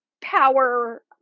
power